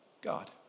God